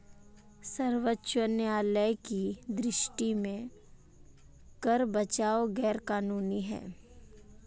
सर्वोच्च न्यायालय की दृष्टि में कर बचाव गैर कानूनी है